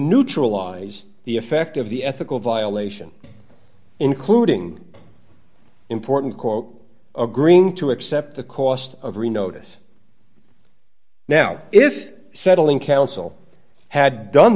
neutralize the effect of the ethical violation including important quote agreeing to accept the cost of re notice now if settling counsel had done